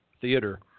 theater